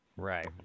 Right